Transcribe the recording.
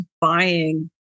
buying